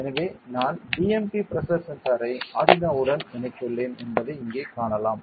எனவே நான் BMP pressure சென்சாரை ஆர்டினோவுடன் இணைத்துள்ளேன் என்பதை இங்கே காணலாம்